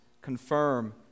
confirm